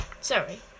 Sorry